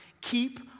keep